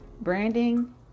Branding